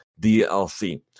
DLC